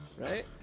right